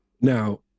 Now